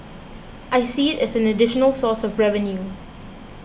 I see it as an additional source of revenue